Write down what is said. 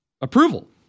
approval